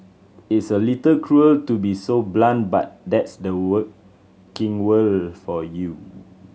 it's a little cruel to be so blunt but that's the working world for you